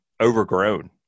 overgrown